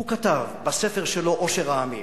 הוא כתב בספר שלו "עושר העמים":